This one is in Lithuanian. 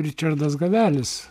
ričardas gavelis